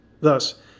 Thus